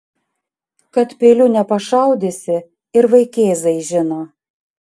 kad peiliu nepašaudysi ir vaikėzai žino